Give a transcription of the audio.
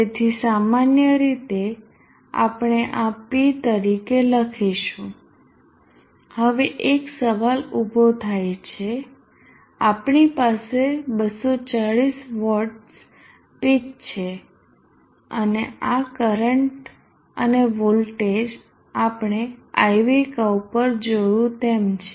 તેથી સામાન્ય રીતે આપણે આ P તરીકે લખીશું હવે એક સવાલ ઉભો થાય છે આપણી પાસે 240 વોટ્સ પીક છે અને આ કરંટ અને વોલ્ટેજ આપણે I V કર્વ પર જોયું તેમ છે